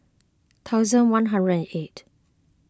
thousand one eight